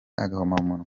agahomamunwa